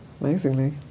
amazingly